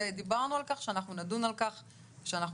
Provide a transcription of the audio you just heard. ודיברנו על כך שנדון על כך כשאנחנו